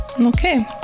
Okay